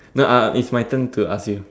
now uh it's my turn to ask you